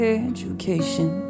education